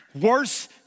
Worse